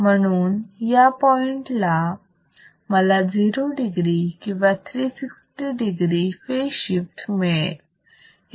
म्हणून या पॉइंटला मला 0 degree किंवा 360 degree फेज शिफ्ट मिळेल